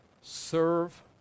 serve